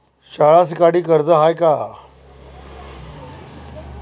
शाळा शिकासाठी कर्ज हाय का?